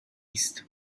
است